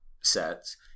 sets